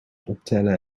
optellen